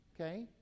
okay